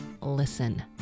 listen